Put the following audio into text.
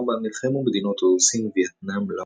נלחמו מדינות הודו-סין – וייטנאם,